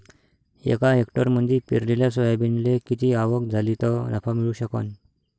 एका हेक्टरमंदी पेरलेल्या सोयाबीनले किती आवक झाली तं नफा मिळू शकन?